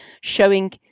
showing